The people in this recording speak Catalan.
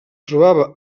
trobava